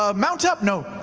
ah mount up, no,